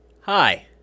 Hi